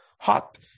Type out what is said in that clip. hot